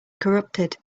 corrupted